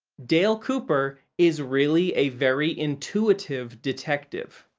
dale cooper is really a very intuitive detective.